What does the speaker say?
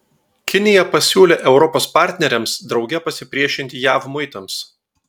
kinija pasiūlė europos partneriams drauge pasipriešinti jav muitams